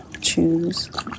choose